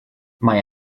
mae